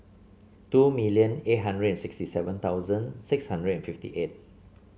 two million eight hundred and sixty seven thousand six hundred and fifty eight